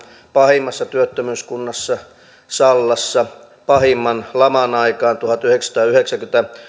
pahimmassa työttömyyskunnassa sallassa pahimman laman aikaan tuhatyhdeksänsataayhdeksänkymmentä